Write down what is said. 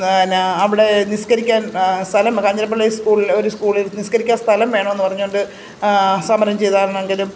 പിന്നെ അവിടെ നിസ്കരിക്കാൻ സ്ഥലം കാഞ്ഞിരപ്പള്ളി സ്കൂളിൽ ഒരു സ്കൂളിൽ നിസ്കരിക്കാൻ സ്ഥലം വേണമെന്ന് പറഞ്ഞു കൊണ്ട് സമരം ചെയ്തതാണെങ്കിലും